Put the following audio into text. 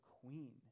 queen